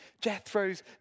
Jethro's